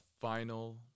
final